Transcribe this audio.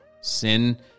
Sin